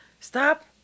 stop